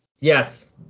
yes